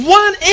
one